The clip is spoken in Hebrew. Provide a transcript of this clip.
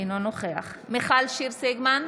נוכח מיכל שיר סגמן,